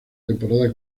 temporada